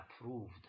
approved